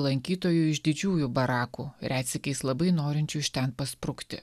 lankytojų iš didžiųjų barakų retsykiais labai norinčių iš ten pasprukti